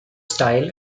style